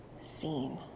seen